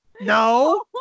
No